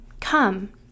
Come